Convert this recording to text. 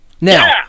Now